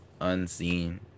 unseen